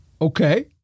Okay